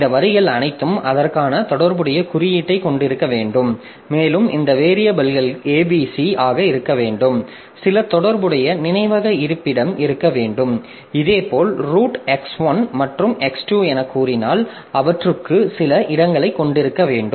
இந்த வரிகள் அனைத்தும் அதற்கான தொடர்புடைய குறியீட்டை கொண்டிருக்க வேண்டும் மேலும் இந்த வேரியபில்கள் abc ஆக இருக்க வேண்டும் சில தொடர்புடைய நினைவக இருப்பிடம் இருக்க வேண்டும் இதேபோல் ரூட் x1 மற்றும் x2 எனக் கூறினால் அவற்றுக்கு சில இடங்களைக் கொண்டிருக்க வேண்டும்